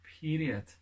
period